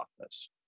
office